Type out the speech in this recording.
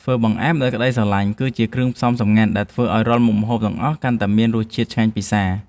ធ្វើបង្អែមដោយក្ដីស្រឡាញ់ គឺជាគ្រឿងផ្សំសម្ងាត់ដែលធ្វើឱ្យរាល់មុខម្ហូបទាំងអស់កាន់តែមានរសជាតិឆ្ងាញ់ពិសា។